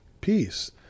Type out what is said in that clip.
peace